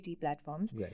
platforms